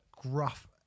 gruff